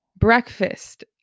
Breakfast